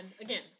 again